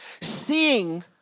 seeing